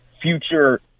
future